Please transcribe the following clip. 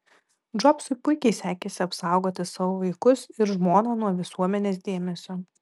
džobsui puikiai sekėsi apsaugoti savo vaikus ir žmoną nuo visuomenės dėmesio